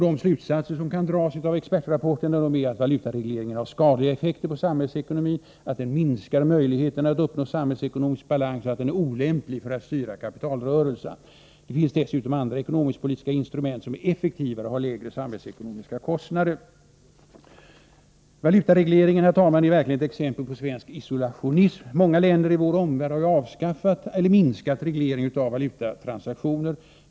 De slutsatser som kan dras av expertrapporterna är att valutaregleringen har skadliga effekter på samhällsekonomin, att den minskar möjligheterna att uppnå samhällsekonomisk balans och att den är olämplig för att styra kapitalrörelserna. Det finns dessutom andra ekonomisk-politiska instrument som är effektivare och har lägre samhällsekonomiska kostnader. Valutaregleringen är, herr talman, verkligen ett exempel på svensk isolationism. Många länder i vår omvärld har avskaffat eller minskat regleringen av valutatransaktioner.